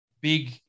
Big